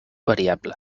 variable